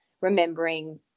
remembering